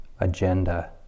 agenda